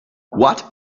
what